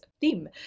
theme